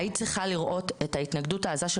היית צריכה לראות את ההתנגדות העזה של